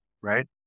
right